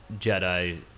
jedi